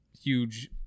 huge